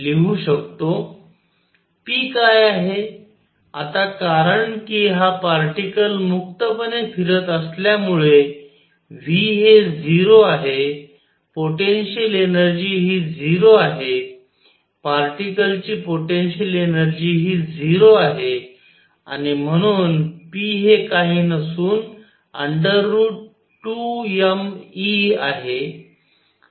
P काय आहे आता कारण कि हा पार्टीकल मुक्तपणे फिरत असल्यामुळे v हे 0 आहे पोटेन्शियल एनर्जी हि झिरो आहे पार्टीकल ची पोटेन्शियल एनर्जी हि 0 आहे आणि म्हणून p हे काही नसून 2mE आहे